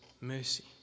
mercy